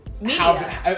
media